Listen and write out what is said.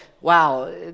wow